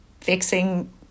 fixing